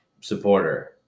supporter